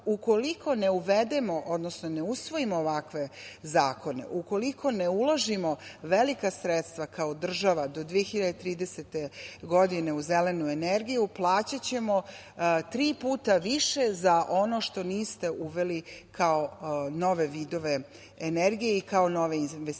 zadatak. Ukoliko ne uvedemo, odnosno ne usvojimo ovakve zakone, ukoliko ne uložimo velika sredstva kao država do 2030. godine u zelenu energiju, plaćaćemo tri puta više za ono što niste uveli kao nove vidove energije i kao nove investicije.